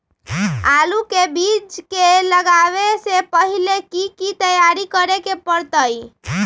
आलू के बीज के लगाबे से पहिले की की तैयारी करे के परतई?